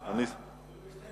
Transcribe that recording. אפילו ב-02:00 אתה מחזיק